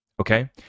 okay